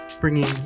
bringing